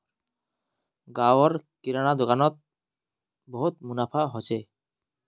गांव र किराना दुकान नोत बहुत मुनाफा हो छे